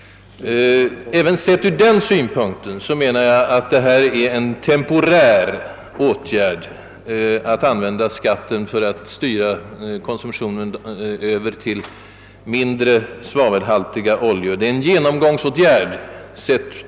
Även ur denna synpunkt menar jag att det måste betraktas som en temporär åtgärd att använda beskattningen för att styra konsumtionen över till mindre svavelhaltiga oljor. Det är en ge nomgångsåtgärd.